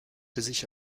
sich